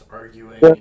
arguing